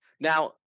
Now